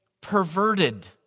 perverted